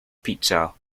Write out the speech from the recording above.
pizza